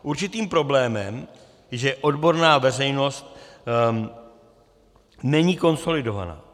Určitým problémem je, že odborná veřejnost není konsolidovaná.